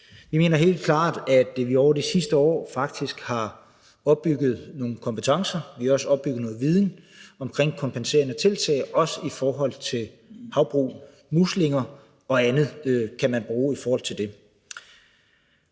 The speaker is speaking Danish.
Vi mener helt klart, at vi over de sidste år faktisk har opbygget nogle kompetencer. Vi har også opbygget noget viden om kompenserende tiltag i forhold til havbrug. Muslinger og andet kan man bruge til det.